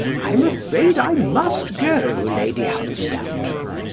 i am afraid i must go, lady hunstanton.